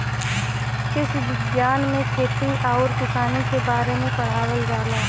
कृषि विज्ञान में खेती आउर किसानी के बारे में पढ़ावल जाला